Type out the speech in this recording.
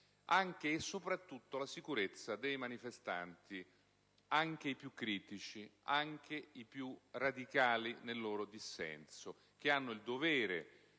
anche e soprattutto, alla sicurezza dei manifestanti - anche i più critici, anche i più radicali nel loro dissenso - i quali hanno il dovere,